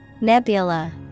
Nebula